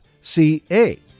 C-A